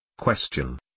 Question